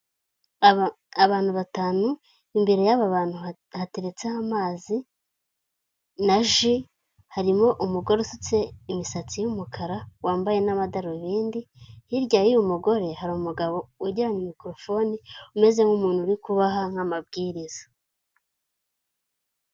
Abantu batanu imbere y'aba bantu batateretseho amazi na ji, harimo umugore usutse imisatsi y'umukara wambaye n'amadarubindi, hirya y'uyu mu mugore hari umugabo wegereye mikorofoni umeze nk'umuntu uri kubaha amabwiriza.